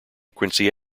quincy